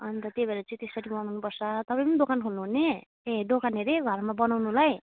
अन्त त्यही भएर चाहिँ त्यसरी बनाउनुपर्छ तपाईँ पनि दोकान खोल्नुहुने ए दोकान अरे घरमा बनाउनुलाई